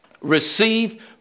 receive